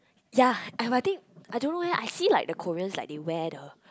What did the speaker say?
ya eh but I think I don't know eh I see like the Korean like they wear the